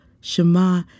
Shema